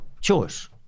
choice